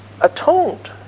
atoned